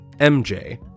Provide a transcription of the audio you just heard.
MJ